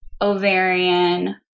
ovarian